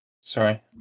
Sorry